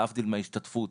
להבדיל מההשתתפות.